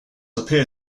appear